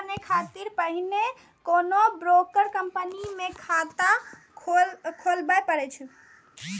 दलाल बनै खातिर पहिने कोनो ब्रोकर कंपनी मे खाता खोलबय पड़ै छै